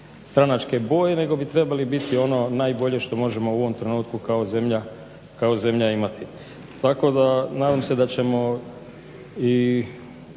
stranačke boje nego bi trebali biti ono najbolje što možemo u ovom trenutku kao zemlja imati. Tako da nadam se da ćemo i